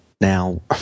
Now